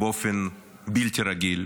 באופן בלתי רגיל.